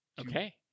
okay